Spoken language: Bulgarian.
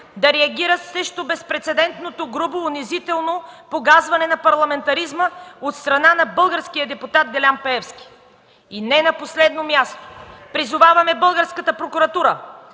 да реагират срещу безпрецедентното, грубо, унизително погазване на парламентаризма от страна на българския депутат Делян Пеевски. И не на последно място призоваваме българската Прокуратура